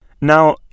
now